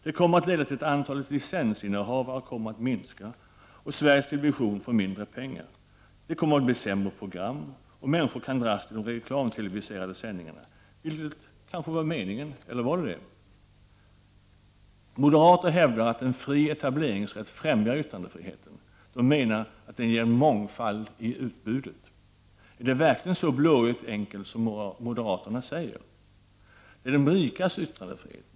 Det kommer att leda till att antalet licensinnehavare kommer att minska, och Sveriges television får mindre pengar. Det blir sämre program, och människor dras till sändningarna i reklam-TV, vilket kanske var meningen. Eller var det meningen? Moderaterna hävdar att en fri etableringsrätt främjar yttrandefriheten. De menar att det ger en mångfald i utbudet. Är det verkligen så blåögt enkelt som moderaterna säger? Det är de rikas yttrandefrihet.